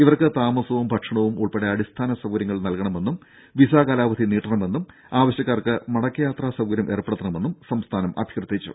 ഇവർക്ക് താമസവും ഭക്ഷണവും ഉൾപ്പെടെ അടിസ്ഥാന സൌകര്യങ്ങൾ നൽകണമെന്നും വിസാ കാലാവധി നീട്ടണമെന്നും ആവശ്യക്കാർക്ക് മടക്കയാത്രാ സൌകര്യം ഏർപ്പെടുത്തണമെന്നും സംസ്ഥാനം അഭ്യർത്ഥിച്ചു